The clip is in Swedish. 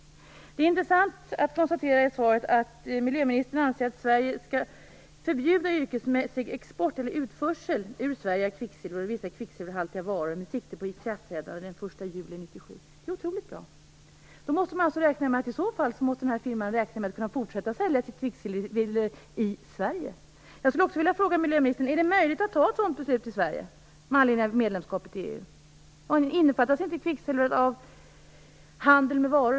Det är intressant att konstatera att miljöministern i svaret säger att hon anser att Sverige skall förbjuda yrkesmässig export eller utförsel ur Sverige av kvicksilver och vissa kvicksilverhaltiga varor med sikte på ett ikraftträdande den 1 juli 1997. Det är otroligt bra. Då måste den här firman räkna med att kunna fortsätta sälja sitt kvicksilver i Sverige. Jag skulle vilja ställa följande fråga till miljöministern: Är det möjligt att fatta ett sådant beslut i Sverige med anledning av medlemskapet i EU? Innefattas inte kvicksilvret av handel med varor?